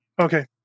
Okay